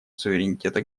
суверенитета